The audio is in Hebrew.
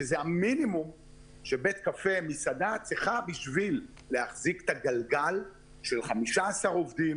שזה המינימום שבית קפה או מסעדה צריך כדי להחזיק את הגלגל של 15 עובדים